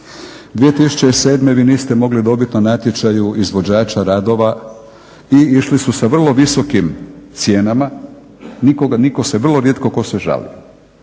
godine vi niste mogli dobiti na natječaju izvođača radova i išli su sa vrlo visokim cijenama, vrlo tko se rijeko žalio.